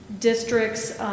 district's